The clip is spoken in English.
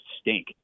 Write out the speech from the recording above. stink